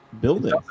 building